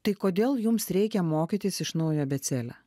tai kodėl jums reikia mokytis iš naujo abėcėlę